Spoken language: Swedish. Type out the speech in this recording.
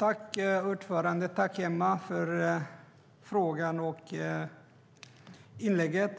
Herr talman! Jag tackar Emma för frågan och inlägget.